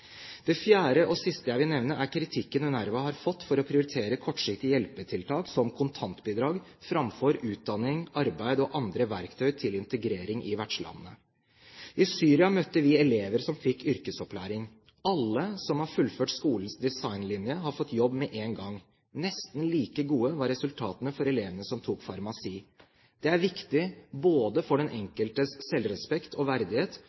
Det fjerde og siste jeg vil nevne, er kritikken UNRWA har fått for å prioritere kortsiktige hjelpetiltak som kontantbidrag framfor utdanning, arbeid og andre verktøy til integrering i vertslandene. I Syria møtte vi elever som fikk yrkesopplæring. Alle som har fullført skolens designlinje, har fått jobb med en gang. Nesten like gode var resultatene for elevene som tok farmasi. Det er viktig både for den enkeltes selvrespekt og verdighet